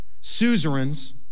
suzerains